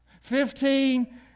fifteen